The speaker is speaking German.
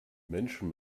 menschen